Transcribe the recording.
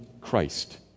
Christ